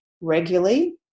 regularly